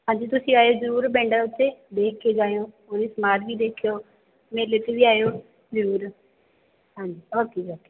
ਹਾਂਜੀ ਤੁਸੀਂ ਆਇਓ ਜ਼ਰੂਰ ਪਿੰਡ ਉੱਥੇ ਦੇਖ ਕੇ ਜਾਇਓ ਉਹਦੀ ਸਮਾਧ ਵੀ ਦੇਖਿਓ ਮੇਲੇ 'ਤੇ ਵੀ ਆਇਓ ਜ਼ਰੂਰ ਹਾਂਜੀ ਓਕੇ ਜੀ ਓਕੇ